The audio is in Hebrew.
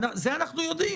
זה אנחנו יודעים.